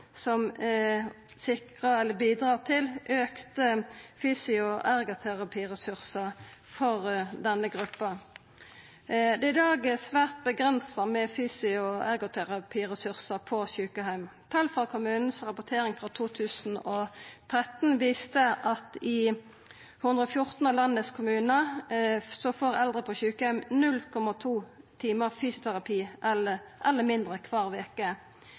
for denne gruppa. Det er i dag svært avgrensa med fysioterapi- og ergoterapiressursar på sjukeheimar. Tal frå kommunanes rapportering frå 2013 viste at i 114 av landets kommunar får eldre på sjukeheim 0,2 timar fysioterapi eller mindre kvar veke.